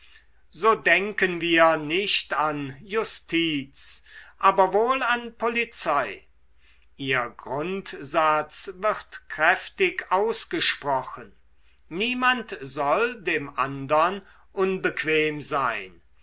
so denken wir nicht an justiz aber wohl an polizei ihr grundsatz wird kräftig ausgesprochen niemand soll dem andern unbequem sein